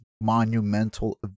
monumental